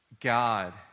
God